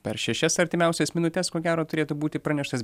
per šešias artimiausias minutes ko gero turėtų būti praneštas